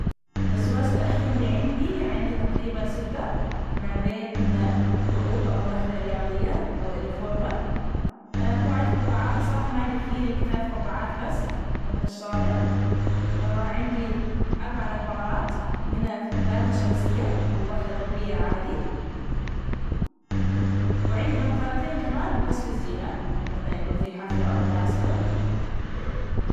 الزواج الأحذي اللي عندي، عندي تقريبا ستة ما بين كعوب، أو إنه أحذية رياضية، أو إنه فورمل، كان عندى قبعات صراحة ما عندي كثير، يمكن ثلاث قبعات، بس وقت الشاطئ عندي أربع نظارات منها ثلاثة الشمسية، ووحدة طبية عادي. وعندي نظارتين كمان بس للزينة مثلا يكون في حفلة أو مناسبة.